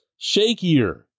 shakier